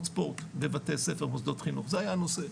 ספורט בבתי-ספר מוסדות חינוך זה היה הנושא,